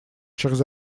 через